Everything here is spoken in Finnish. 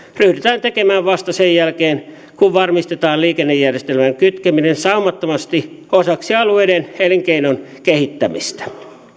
ryhdytään tekemään vasta sen jälkeen kun varmistetaan liikennejärjestelmän kytkeminen saumattomasti osaksi alueiden ja elinkeinoelämän kehittämistä